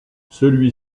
celui